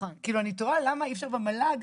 כאילו אני תוהה למה אי אפשר במל"ג,